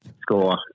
score